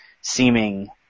seeming